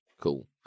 Cool